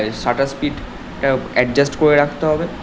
shutter স্পিডটা adjust করে রাখতে হবে